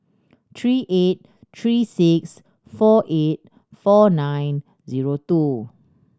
three eight three six four eight four nine zero two